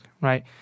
right